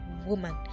woman